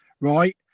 right